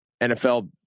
NFL